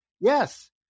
yes